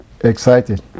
excited